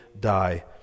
die